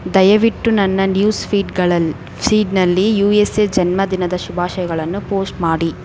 ದಯವಿಟ್ಟು ನನ್ನ ನ್ಯೂಸ್ ಫೀಡ್ಗಳಲ್ಲಿ ಫೀಡ್ನಲ್ಲಿ ಯು ಎಸ್ ಎ ಜನ್ಮದಿನದ ಶುಭಾಶಯಗಳನ್ನು ಪೋಸ್ಟ್ ಮಾಡಿ